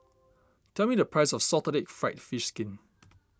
tell me the price of Salted Egg Fried Fish Skin